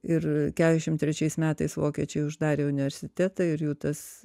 ir kešim trečiais metais vokiečiai uždarė universitetą ir jų tas